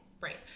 Right